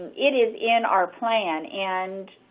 it is in our plan. and